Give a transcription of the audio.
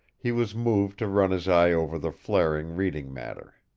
he was moved to run his eye over the flaring reading matter.